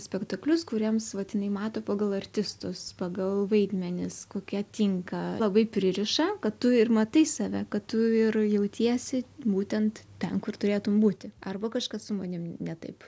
spektaklius kuriems vat jinai mato pagal artistus pagal vaidmenis kokie tinka labai pririša kad tu ir matai save kad tu ir jautiesi būtent ten kur turėtum būti arba kažkas su manim ne taip